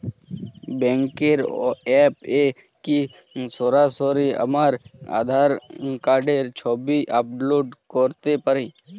ব্যাংকের অ্যাপ এ কি সরাসরি আমার আঁধার কার্ডের ছবি আপলোড করতে পারি?